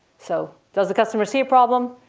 so does the customer see a problem?